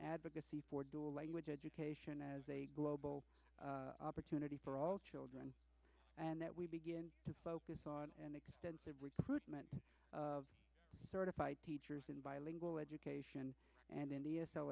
advocacy for dual language education as a global opportunity for all children and that we begin to focus on an extensive recruitment of certified teachers in bilingual education and india so